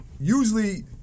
usually